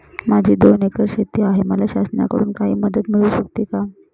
माझी दोन एकर शेती आहे, मला शासनाकडून काही मदत मिळू शकते का?